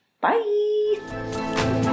Bye